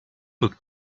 book